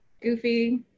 Goofy